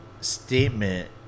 statement